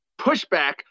pushback